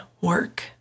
work